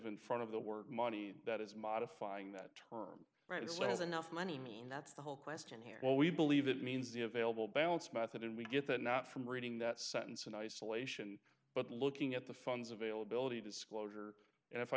in front of the word money that is modifying that term right so it has enough money and that's the whole question here what we believe it means the available balance method and we get that not from reading that sentence in isolation but looking at the funds availability disclosure and if i